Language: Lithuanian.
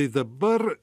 tai dabar